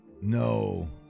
No